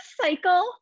cycle